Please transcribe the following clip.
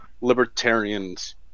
libertarians